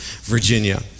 Virginia